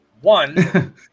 One